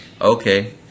okay